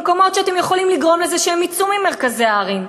במקומות שבאמצעותם אתם יכולים לגרום להם שהם יצאו ממרכזי הערים,